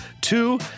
Two